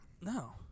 No